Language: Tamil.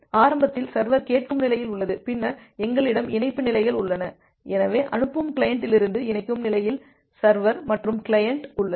எனவே ஆரம்பத்தில் சர்வர் கேட்கும் நிலையில் உள்ளது பின்னர் எங்களிடம் இணைப்பு நிலைகள் உள்ளன எனவே அனுப்பும் கிளையண்டிலிருந்து இணைக்கும் நிலையில் சர்வர் மற்றும் கிளையண்ட் உள்ளது